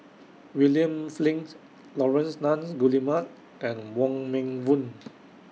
William Flint Laurence Nunns Guillemard and Wong Meng Voon